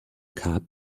cap